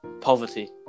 poverty